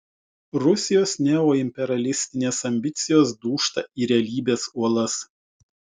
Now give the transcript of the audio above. rusijos neoimperialistinės ambicijos dūžta į realybės uolas